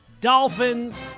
Dolphins